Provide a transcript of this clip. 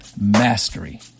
Mastery